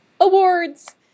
Awards